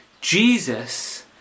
Jesus